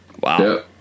Wow